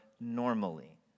normally